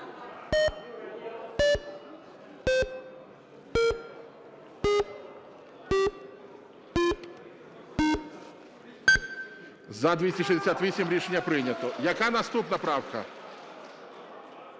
За-268 Рішення прийнято. Яка наступна правка?